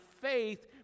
faith